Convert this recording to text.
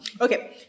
okay